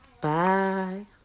Bye